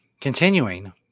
Continuing